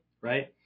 right